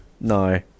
No